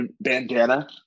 bandana